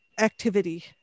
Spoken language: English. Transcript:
activity